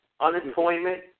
Unemployment